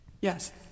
Yes